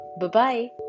Bye-bye